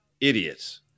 idiots